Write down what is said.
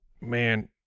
Man